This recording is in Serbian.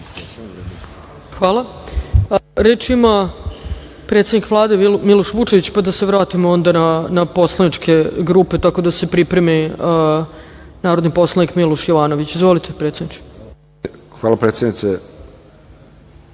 Hvala. Reč ima predsednik Vlade Miloš Vučevivić, pa da se vratimo onda na poslaničke grupe, tako da se pripremi narodni poslanik Miloš Jovanović. Izvolite, predsedniče. **Miloš Vučević**